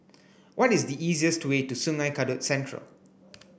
what is the easiest way to Sungei Kadut Central